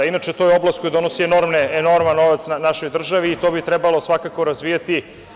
Inače, to je oblast koja donosi enorman novac našoj državi i to bi trebalo svakako razvijati.